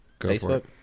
Facebook